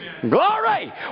Glory